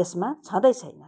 यसमा छँदैछैन